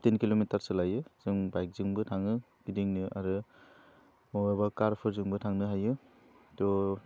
थिन किलमिटारसो लायो जों बाइकजोंबो थाङो गिदिंनो आरो बबेबा कारफोरजोंबो थांनो हायो थ'